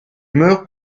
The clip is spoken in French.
meurt